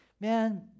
man